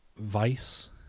Vice